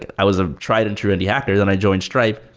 i was a tried and true indie hackers and i joined stripe.